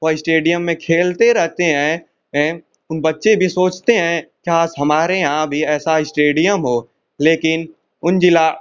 और इस्टेडियम में खेलते रहते हैं हैं उन बच्चे भी सोचते हैं काश हमारे यहाँ भी ऐसा इस्टेडियम हो लेकिन उन ज़िला